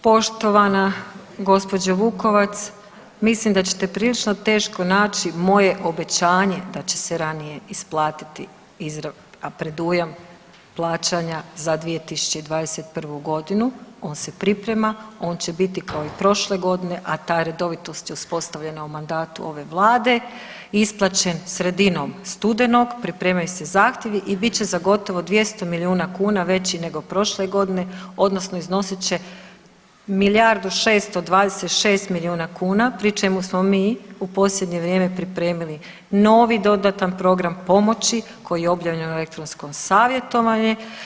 Poštovana gospođo Vukovac, mislim da ćete prilično teško naći moje obećanje da će se ranije isplatiti …/nerazumljivo/… a predujam plaćanja za 2021. godinu on se priprema, on će biti kao i prošle godine, a ta redovitost je uspostavljena u mandatu ove vlade, isplaćen sredinom studenog, pripremaju se zahtjevi i bit će za gotovo 200 milijuna kuna veći nego prošle godine odnosno iznosit će milijardu 626 miliona kuna pri čemu smo mi u posljednje vrijeme pripremili novi dodatan program pomoći koji je objavljen u elektronskom savjetovanju.